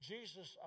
Jesus